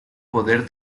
poder